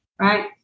right